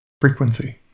frequency